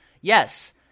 Yes